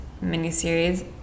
mini-series